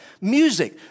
Music